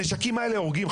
חברים, הנשקים האלה הורגים.